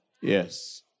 Yes